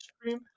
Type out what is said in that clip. stream